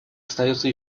остается